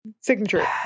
signature